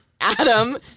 Adam